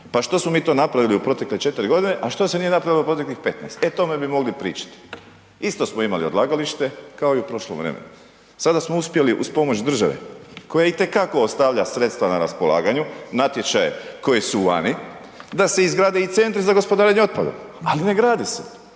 pa što smo mi to napravili u protekle 4 g. a što se nije napravilo u proteklih 15? E o tome bi mogli pričat. Isto smo imali odlagalište kao i u prošlom vremenu. Sada smo uspjeli uz pomoć države koja itekako ostavlja sredstva na raspolaganju, natječaje koji su vani, da se izgrade i CGO-i ali ne grade se,